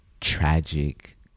tragic